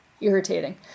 irritating